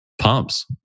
pumps